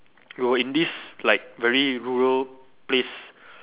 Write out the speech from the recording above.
we were in this like very rural place